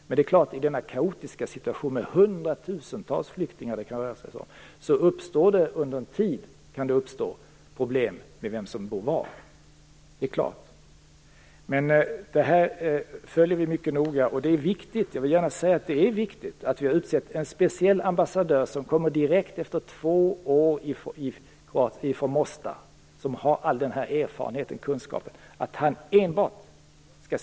Men i denna kaotiska situation, där det kan röra sig om hundratusentals flyktingar, kan det under en tid uppstå problem med vem som bor var. Det är klart. Men det här följer vi mycket noga. Och det är viktigt. Jag vill gärna säga att det är viktigt att vi har utsett en speciell ambassadör, som enbart skall syssla med att se till att det går rätt till och blir som vi vill med just de här personerna.